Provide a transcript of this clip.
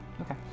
Okay